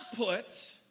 output